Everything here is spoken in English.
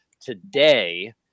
today